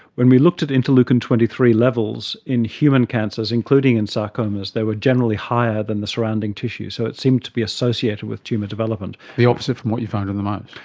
when we looked at interleukin twenty three levels in human cancers, including in sarcomas, they were generally higher than the surrounding tissue, so it seemed to be associated with tumour development. the opposite from what you found in the mouse?